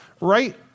Right